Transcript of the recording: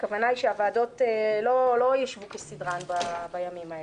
הכוונה היא שהוועדות לא יישבו כסדרן בימים האלה.